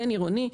בין-עירוני.